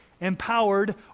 Empowered